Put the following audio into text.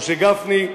משה גפני,